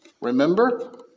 Remember